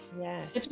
yes